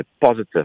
positive